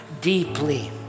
deeply